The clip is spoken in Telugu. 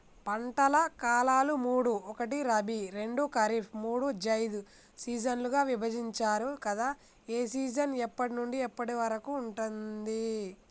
పంటల కాలాలు మూడు ఒకటి రబీ రెండు ఖరీఫ్ మూడు జైద్ సీజన్లుగా విభజించారు కదా ఏ సీజన్ ఎప్పటి నుండి ఎప్పటి వరకు ఉంటుంది?